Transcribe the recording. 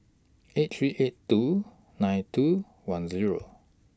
eight three eight two nine two one Zero